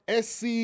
SC